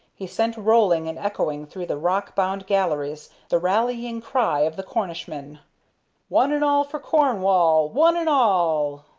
he sent rolling and echoing through the rock-bound galleries the rallying cry of the cornishmen one and all for cornwall! one and all!